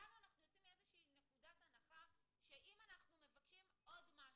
למה אנחנו יוצאים מנקודת הנחה שאם אנחנו מבקשים עוד משהו,